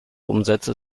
umsätze